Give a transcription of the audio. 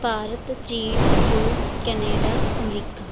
ਭਾਰਤ ਚੀਨ ਰੂਸ Canada America